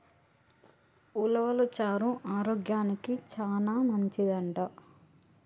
ఉలవలు చారు ఆరోగ్యానికి చానా మంచిదంట